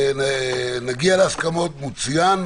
נגיע להסכמות מצוין.